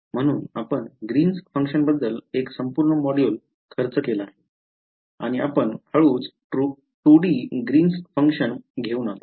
म्हणून आपण Green's function बद्दल एक संपूर्ण मॉड्यूल खर्च केला आणि आपण हळूच 2D ग्रीन फंक्शन घेऊन आलो